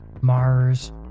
Mars